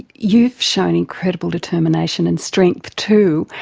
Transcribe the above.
you've shown incredible determination and strength too,